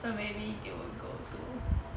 this [one] very they will go to